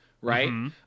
right